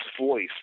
voice